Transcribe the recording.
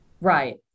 right